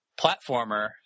platformer